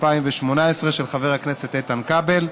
התשע"ח 2018, של חבר הכנסת איתן כבל,